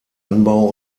anbau